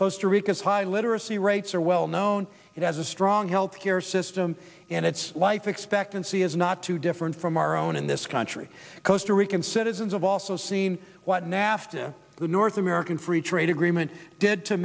to rica's high literacy rates are well known it has a strong health care system and its life expectancy is not too different from our own in this country costa rican citizens of also seen what nafta the north american free trade agreement did to